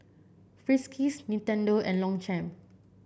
Friskies Nintendo and Longchamp